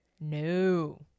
No